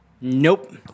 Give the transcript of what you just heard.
Nope